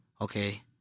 okay